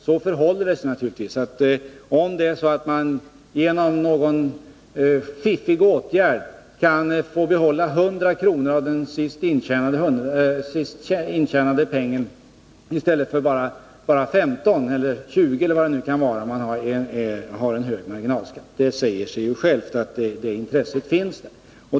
Det förhåller sig naturligtvis så att om man genom någon fiffig åtgärd kan få behålla 100 kr. av den senast intjänade pengenistället för bara 15 eller 20, som det kan vara fråga om ifall man har en hög marginalskatt, säger det sig självt att intresset för denna åtgärd finns.